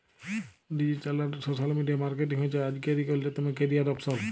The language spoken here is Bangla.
ডিজিটাল আর সোশ্যাল মিডিয়া মার্কেটিং হছে আইজকের ইক অল্যতম ক্যারিয়ার অপসল